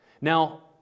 Now